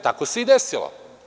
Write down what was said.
Tako se i desilo.